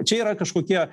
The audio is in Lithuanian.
čia yra kažkokie